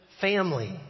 family